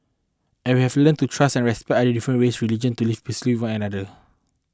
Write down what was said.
and we have learnt to trust and respect our different races religions to live peacefully with one another